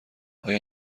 آیا